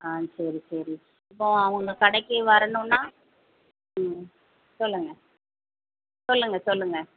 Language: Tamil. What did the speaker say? ஆ சரி சரி இப்போது உங்கள் கடைக்கு வரணும்னா ம் சொல்லுங்கள் சொல்லுங்கள் சொல்லுங்கள்